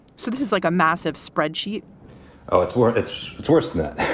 so this is like a massive spreadsheet oh, it's worth. it's it's worse than